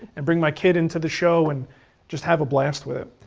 and bring my kid into the show, and just have a blast with it.